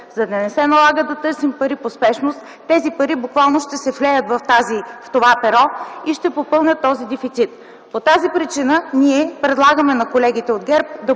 за да не се налага да търсим пари по спешност, тези пари буквално ще се влеят в това перо и ще попълнят този дефицит. По тази причина, ние предлагаме на колегите от ГЕРБ